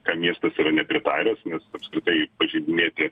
ką miestas yra nepritaręs nes apskritai pažeidinėti